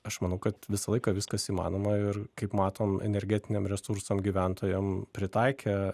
aš manau kad visą laiką viskas įmanoma ir kaip matom energetiniam resursam gyventojam pritaikė